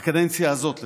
בקדנציה הזאת לפחות,